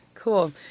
Cool